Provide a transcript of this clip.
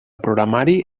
programari